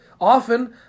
often